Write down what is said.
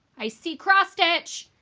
i see cross stitch!